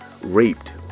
raped